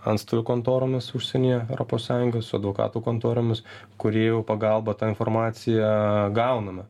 antstolių kontoromis užsienyje europos sąjungos su advokatų kontoromis kuri jau pagalbą tą informaciją gauname